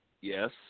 Yes